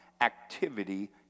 activity